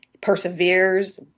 perseveres